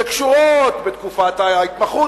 שקשורות בתקופת ההתמחות.